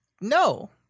No